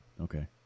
okay